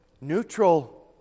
Neutral